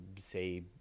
say